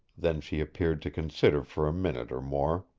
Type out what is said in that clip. then she appeared to consider for a minute or more.